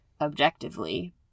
objectively